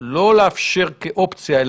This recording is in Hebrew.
לא לאפשר כאופציה,